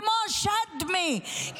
כמו שדמי,